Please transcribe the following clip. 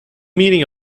meaning